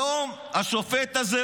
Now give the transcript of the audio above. היום השופט הזה,